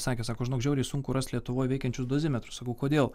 sakė sako žinok žiauriai sunku rast lietuvoj veikiančius dozimetrus sakau kodėl